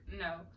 No